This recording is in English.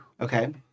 Okay